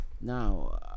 Now